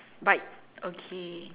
but okay